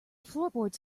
floorboards